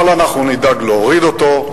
אבל אנחנו נדאג להוריד אותו.